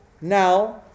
now